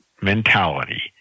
mentality